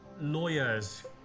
Lawyers